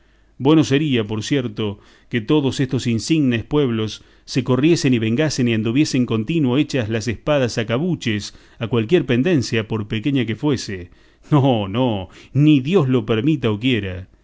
bueno sería por cierto que todos estos insignes pueblos se corriesen y vengasen y anduviesen contino hechas las espadas sacabuches a cualquier pendencia por pequeña que fuese no no ni dios lo permita o quiera